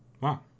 Wow